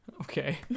Okay